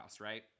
right